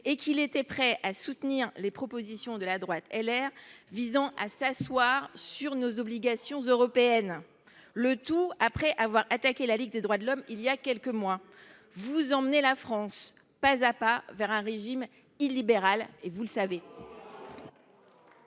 et qu’il était prêt à soutenir les propositions de la droite et des Républicains visant à s’asseoir sur nos obligations européennes, le tout après avoir attaqué la Ligue des droits de l’homme il y a quelques mois ! Il revient à sa famille ! Vous emmenez la France pas à pas vers un régime illibéral, et vous le savez